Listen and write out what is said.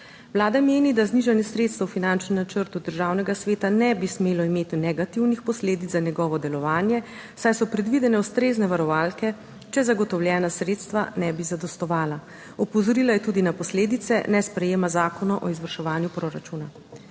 Vlada meni, da znižanje sredstev v finančnem načrtu Državnega sveta ne bi smelo imeti negativnih posledic za njegovo delovanje, saj so predvidene ustrezne varovalke, če zagotovljena sredstva ne bi zadostovala. **25. TRAK (VI) 12.00** (Nadaljevanje) Opozorila je tudi na posledice ne sprejema zakona o izvrševanju proračuna.